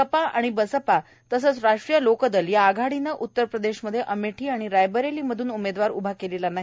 सपा बसपा आणि राष्ट्रीय लोकदल या आघाडीनं उत्तर प्रदेशमध्ये अमेठी आणि रायबरेली मधून उमेदवार उभा केलेला नाही